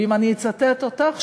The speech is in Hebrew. ואם אני אצטט אותך,